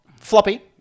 Floppy